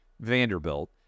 Vanderbilt